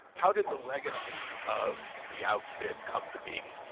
how did the legacy of the outfit come to be?